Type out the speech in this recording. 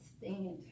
stand